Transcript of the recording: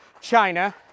China